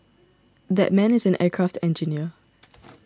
that man is an aircraft engineer